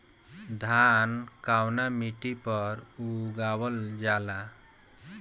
धान कवना मिट्टी पर उगावल जाला?